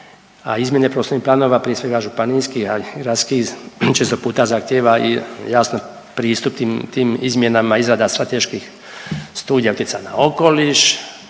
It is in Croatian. a izmjene prostornih planova prije svega županijskih, a i gradskih često puta zahtjeva i jasno pristup tim, tim izmjenama izrada strateških studija utjecaja na okoliš,